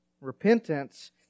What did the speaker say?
Repentance